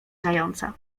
zająca